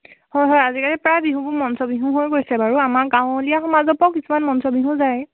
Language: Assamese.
হয় হয় আজিকালি প্ৰায় বিহুবোৰ মঞ্চ বিহু হৈ গৈছে বাৰু আমাৰ গাঁৱলীয়া সমাজৰ পৰাও কিছুমান মঞ্চ বিহু যায়